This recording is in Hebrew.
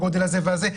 גודל כזה וכזה,